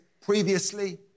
previously